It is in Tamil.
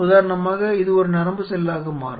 உதாரணமாக இது ஒரு நரம்பு செல்லாக மாறும்